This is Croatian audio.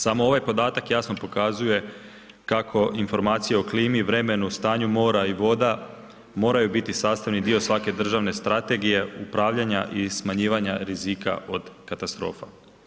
Samo ovaj podatak jasno pokazuje kako informacija o klimi i vremenu, stanju mora i voda, moraju biti sastavni dio svake državne strategije upravljanja i smanjivanja rizika od katastrofa.